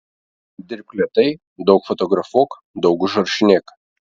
dirbk lėtai daug fotografuok daug užrašinėk